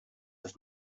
das